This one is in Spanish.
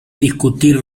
discutir